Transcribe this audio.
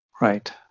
Right